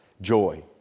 Joy